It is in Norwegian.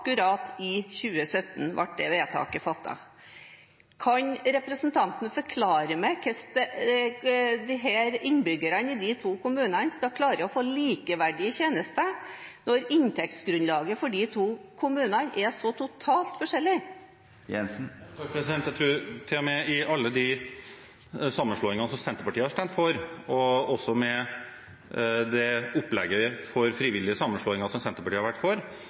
akkurat i 2017, da vedtaket ble fattet. Kan representanten forklare meg hvordan innbyggerne i de to kommunene skal klare å få likeverdige tjenester når inntektsgrunnlaget for de to kommunene er så totalt forskjellig? Jeg tror at til og med i alle de sammenslåingene som Senterpartiet har stemt for, og også med det opplegget for frivillige sammenslåinger som Senterpartiet har vært for,